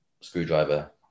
screwdriver